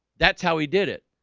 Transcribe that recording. that's how he did it.